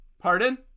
pardon